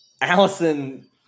Allison